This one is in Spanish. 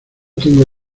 tengo